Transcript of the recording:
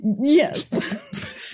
Yes